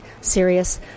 serious